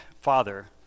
Father